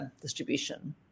distribution